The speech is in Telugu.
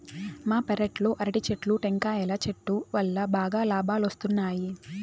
మా పెరట్లో అరటి చెట్లు, టెంకాయల చెట్టు వల్లా బాగా లాబాలొస్తున్నాయి